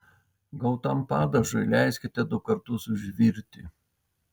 gautam padažui leiskite du kartus užvirti